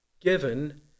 given